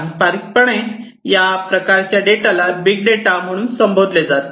पारंपारिकपणे या प्रकारच्या डेटाला बिग डेटा म्हणून संबोधले जाते